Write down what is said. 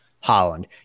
Holland